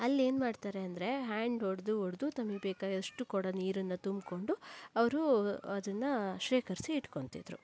ಅಲ್ಲೇನು ಮಾಡ್ತಾರೆ ಅಂದರೆ ಹ್ಯಾಂಡ್ ಹೊಡೆದು ಹೊಡೆದು ತಮಗೆ ಬೇಕಾದಷ್ಟು ಕೊಡ ನೀರನ್ನು ತುಂಬಿಕೊಂಡು ಅವರು ಅದನ್ನು ಶೇಖರಿಸಿ ಇಟ್ಕೊತಿದ್ರು